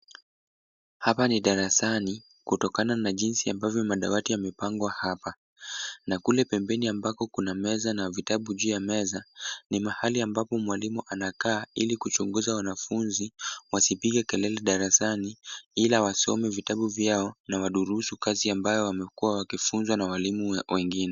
Hapa ni darasani kutokana na jinsi ambavyo madarasa yamepangwa hapa. Na kule pembeni ambako kuna meza na vitabu juu ya meza, ni mahali ambapo mwalimu anakaa ili kuchunguza wanafunzi wasipige kelele darasani, ila wasome vitabu vyao na wadurusu kazi ambayo wamekuwa wakifunzwa na walimu wengine.